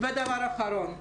דבר אחרון.